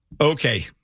Okay